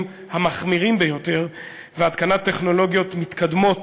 המחמירים ביותר ולהתקנת טכנולוגיות מתקדמות